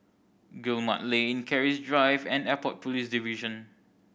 Guillemard Lane Keris Drive and Airport Police Division